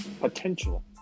potential